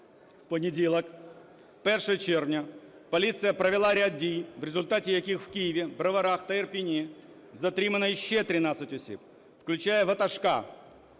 У понеділок, 1 червня, поліція провела ряд дій, в результаті яких у Києві, Броварах та Ірпені затримано ще 13 осіб, включаючи ватажка,